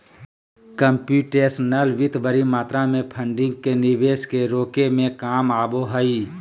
computational वित्त बडी मात्रा में फंडिंग के निवेश के रोके में काम आबो हइ